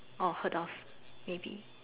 or heard of maybe